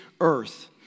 earth